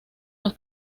los